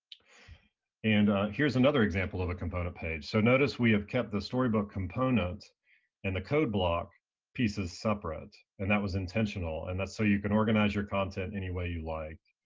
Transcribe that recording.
and here is another example of a component page. so notice we have kept the storybook component and the code block pieces separate. and that was intentional and so you can organize your content anyway you like